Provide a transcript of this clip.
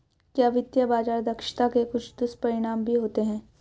क्या वित्तीय बाजार दक्षता के कुछ दुष्परिणाम भी होते हैं?